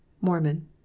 Mormon